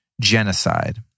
genocide